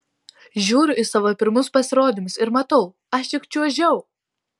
žiūriu į savo pirmus pasirodymus ir matau aš juk čiuožiau